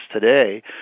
today